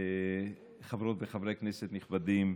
חברות וחברי הכנסת הנכבדים,